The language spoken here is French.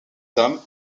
dame